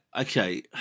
okay